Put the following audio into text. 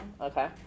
Okay